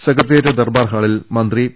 secretariat Durbar ഹാളിൽ മന്ത്രി P